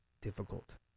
difficult